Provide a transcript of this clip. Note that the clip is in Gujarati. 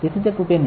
તેથી તે તૂટે નહી